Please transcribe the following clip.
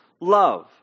love